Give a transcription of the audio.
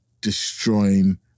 destroying